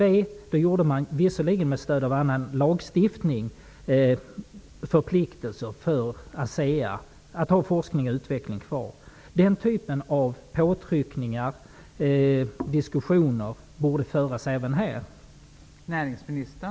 När det gäller ABB satte man, visserligen med stöd av annan lagstiftning, upp förpliktelser för ASEA att ha forskning och utveckling kvar. Den typen av påtryckningar och diskussioner borde föras även här.